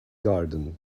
garden